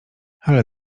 ale